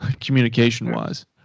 communication-wise